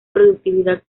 productividad